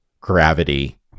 gravity